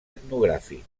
etnogràfic